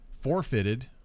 forfeited